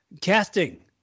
Casting